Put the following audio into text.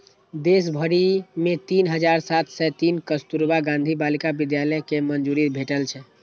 देश भरि मे तीन हजार सात सय तीन कस्तुरबा गांधी बालिका विद्यालय कें मंजूरी भेटल छै